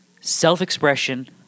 self-expression